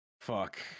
fuck